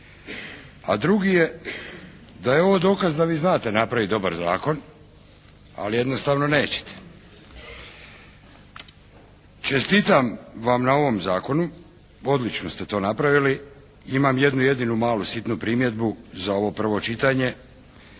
A drugi je da je ovo dokaz da vi znate napraviti dobar zakon ali jednostavno neće. Čestitam vam na ovom zakonu, odlično ste to napravili. Imam jednu jedinu malu sitnu primjedbu za ovo prvo čitanje,